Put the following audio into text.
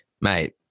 Mate